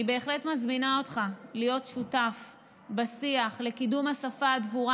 אני בהחלט מזמינה אותך להיות שותף בשיח לקידום השפה הדבורה,